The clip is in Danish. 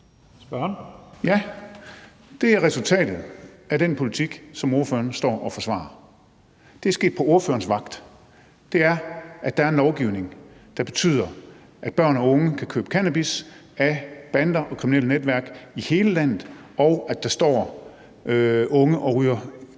Ja, det er resultatet af den politik, som ordføreren står og forsvarer. Det er sket på ordførerens vagt. Resultatet er, at der er en lovgivning, der betyder, at børn og unge kan købe cannabis af bander og kriminelle netværk i hele landet, og at der står unge og ryger